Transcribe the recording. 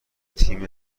تیم